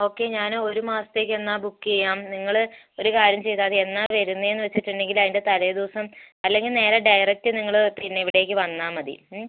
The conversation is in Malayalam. ഓക്കേ ഞാൻ ഒരു മാസത്തേക്ക് എന്നാൽ ബുക്ക് ചെയ്യാം നിങ്ങൾ ഒരു കാര്യം ചെയ്താൽ മതി എന്നാ വരുന്നതെന്ന് വെച്ചിട്ടുണ്ടെങ്കിൽ അതിൻ്റെ തലേ ദിവസം അല്ലെങ്കിൽ നേരെ ഡയറക്റ്റ് നിങ്ങൾ പിന്നെ ഇവിടേക്ക് വന്നാൽ മതി